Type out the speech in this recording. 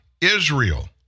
Israel